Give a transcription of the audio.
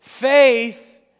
Faith